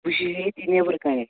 بہٕ چھُس ییٚتی نٮ۪برٕ کَنہِ